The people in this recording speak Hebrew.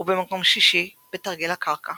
ובמקום שישי בתרגיל הקרקע